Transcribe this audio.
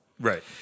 Right